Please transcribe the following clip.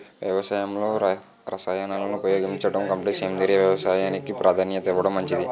వ్యవసాయంలో రసాయనాలను ఉపయోగించడం కంటే సేంద్రియ వ్యవసాయానికి ప్రాధాన్యత ఇవ్వడం మంచిది